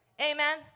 Amen